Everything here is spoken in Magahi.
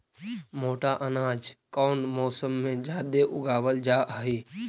मोटा अनाज कौन मौसम में जादे उगावल जा हई?